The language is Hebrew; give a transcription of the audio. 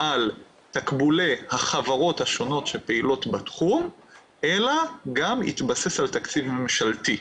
על תקבולי החברות השונות שפעילות בתחום אלא גם יתבסס על תקציב ממשלתי.